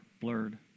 blurred